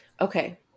Okay